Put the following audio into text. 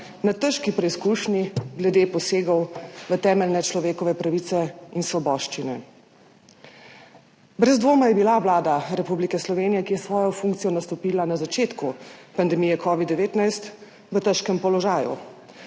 na težki preizkušnji glede posegov v temeljne človekove pravice in svoboščine. Brez dvoma je bila Vlada Republike Slovenije, ki je svojo funkcijo nastopila na začetku pandemije covida-19, v težkem položaju.